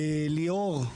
ליאור,